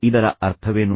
ಇದರ ಅರ್ಥವೇನು